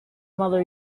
mother